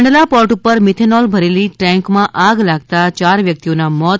Kandla port પર methanol ભરેલી ટેન્કમાં આગ લાગતાં યાર વ્યકિતોઓના મોત